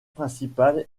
principal